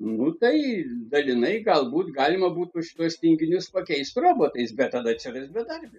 nu tai dalinai galbūt galima būtų šituos tinginius pakeisti robotais bet tada atsiras bedarbių